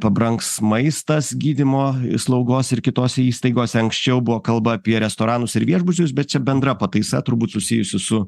pabrangs maistas gydymo slaugos ir kitose įstaigose anksčiau buvo kalba apie restoranus ir viešbučius bet čia bendra pataisa turbūt susijusi su